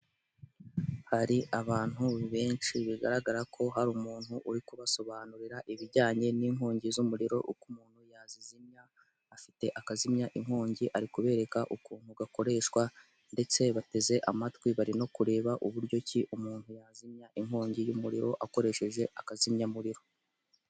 Hari abantu benshi bigaragara ko hari umuntu uri kubasobanurira ibijyanye n'inkongi z'umuriro uko umuntu yazizimya afite akazimya inkongi ari kubereka ukuntu gakoreshwa ndetse bateze amatwi bari no kureba uburyo ki umuntu yazimya inkongi y'umuriro akoresheje akazizimyamuriro.